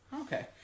Okay